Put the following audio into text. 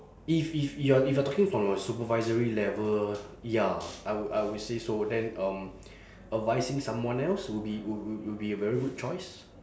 if if you are if you are talking from a supervisory level ya I would I would say so then um advising someone else would be would would would be a very good choice